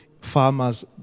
farmers